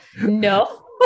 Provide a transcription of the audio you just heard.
no